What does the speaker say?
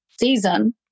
season